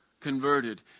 converted